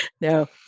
No